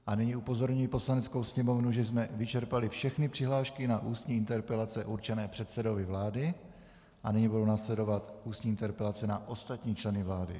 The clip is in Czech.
A nyní upozorňuji poslaneckou sněmovnu, že jsme vyčerpali všechny přihlášky na ústní interpelace určené předsedovi vlády a nyní budou následovat ústní interpelace na ostatní členy vlády.